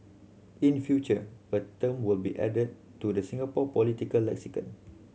in future a term will be added to the Singapore political lexicon